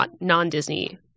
non-Disney